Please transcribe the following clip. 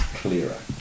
clearer